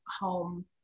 home